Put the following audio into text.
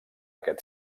aquest